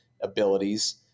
abilities